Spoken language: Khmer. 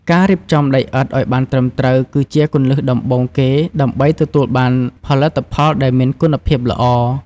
ការរៀបចំដីឥដ្ឋឲ្យបានត្រឹមត្រូវគឺជាគន្លឹះដំបូងគេដើម្បីទទួលបានផលិតផលដែលមានគុណភាពល្អ។